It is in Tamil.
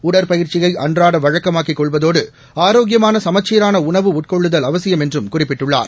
உடற்பயிற்சியை அன்றாட வழக்கமாக்கிக் கொள்வதோடு ஆரோக்கியமான சமச்சீரான உணவு உட்கொள்ளுதல் அவசியம் என்றும் குறிப்பிட்டுள்ளார்